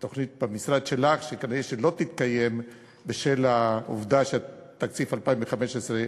תוכנית במשרד שלך שכנראה לא תתקיים בשל העובדה שתקציב 2015,